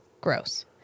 gross